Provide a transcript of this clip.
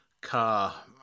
car